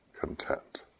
content